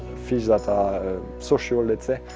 fish that are social let's say,